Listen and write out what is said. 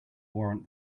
warrant